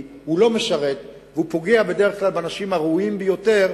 כי הוא לא משרת והוא פוגע בדרך כלל באנשים הראויים ביותר,